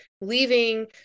leaving